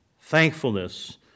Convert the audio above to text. thankfulness